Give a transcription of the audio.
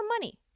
money